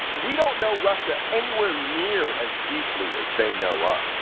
we don't know russia anywhere near as deeply as they know us.